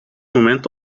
moment